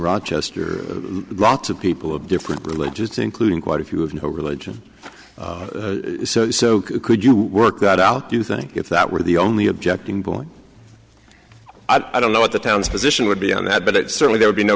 rochester lots of people of different religions including quite a few have no religion so could you work that out do you think if that were the only objecting going i don't know what the town's position would be on that but it certainly there would be no